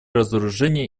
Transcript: разоружению